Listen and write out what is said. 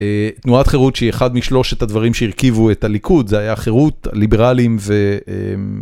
תנועת חירות שהיא אחד משלושת הדברים שהרכיבו את הליכוד זה היה חירות, ליברליים ו...